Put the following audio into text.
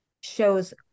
shows